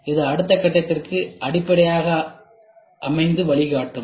இது அடுத்த கட்டத்திற்கு அடிப்படையாக அமைந்து வழிகாட்டும்